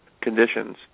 conditions